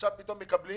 עכשיו פתאום מקבלים